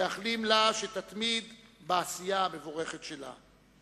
ומאחלים לה שתתמיד בעשייה המבורכת שלה.